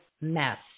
mess